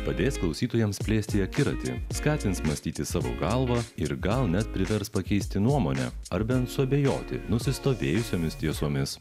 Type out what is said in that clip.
padės klausytojams plėsti akiratį skatins mąstyti savo galva ir gal net privers pakeisti nuomonę ar bent suabejoti nusistovėjusiomis tiesomis